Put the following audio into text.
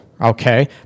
okay